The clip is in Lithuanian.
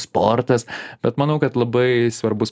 sportas bet manau kad labai svarbus